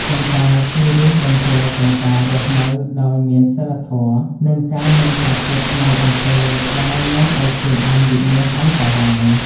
ប៉ុន្តែគឺរួមបញ្ចូលទាំងការរស់នៅដោយមានសីលធម៌ និងការមិនប្រព្រឹត្តនូវអំពើដែលនាំឱ្យខ្លួនឯងវិនាសអន្តរាយ។